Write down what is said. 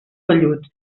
vellut